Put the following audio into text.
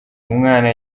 umwana